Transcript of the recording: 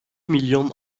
milyon